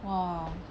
!wah!